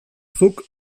zuk